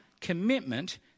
commitment